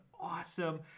awesome